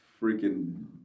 freaking